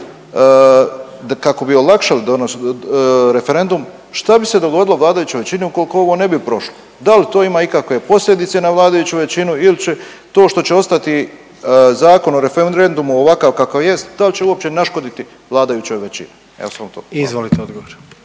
razumije./… referendum šta bi se dogodilo vladajućoj većini ukoliko ovo ne bi prošlo. Da li to ima ikakve posljedice na vladajuću većinu ili će to što će ostati Zakon o referendumu ovakav kakav jest da li će uopće naškoditi vladajućoj većini? Evo, samo